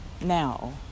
now